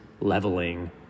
leveling